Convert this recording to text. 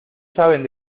saben